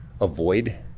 avoid